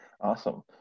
Awesome